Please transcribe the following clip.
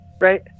right